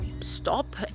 stop